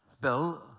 Bill